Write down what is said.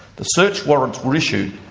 the search warrants were issued,